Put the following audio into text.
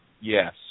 Yes